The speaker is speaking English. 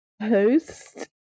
host